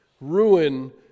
ruin